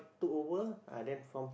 took over ah then from